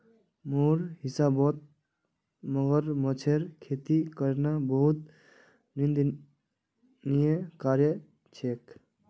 मोर हिसाबौत मगरमच्छेर खेती करना बहुत निंदनीय कार्य छेक